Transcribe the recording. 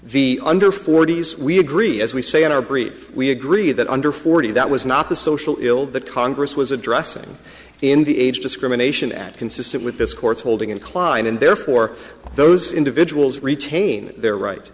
the under forty s we agree as we say in our brief we agree that under forty that was not the social ill that congress was addressing in the age discrimination act consistent with this court's holding in a client and therefore those individuals retain their right